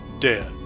dead